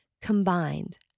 Combined